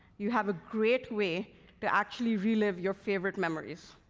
you have a great way to actually relive your favorite memories.